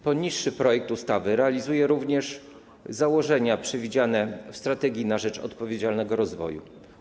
Przedłożony projekt ustawy realizuje również założenia przewidziane w strategii na rzecz odpowiedzialnego rozwoju.